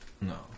no